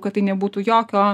kad tai nebūtų jokio